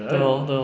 对 lor 对 lor